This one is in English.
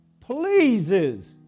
Pleases